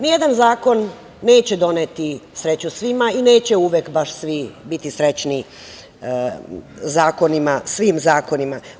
Nijedan zakon neće doneti sreću svima i neće uvek baš svi biti srećni svim zakonima.